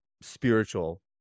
spiritual